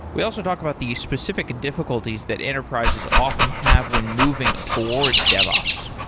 we also talked about the specific difficulties that enterprises often have when moving towards devops.